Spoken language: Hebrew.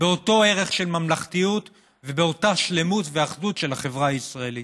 באותו ערך של ממלכתיות ובאותה שלמות ואחדות של החברה הישראלית.